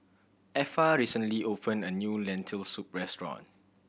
Effa recently opened a new Lentil Soup restaurant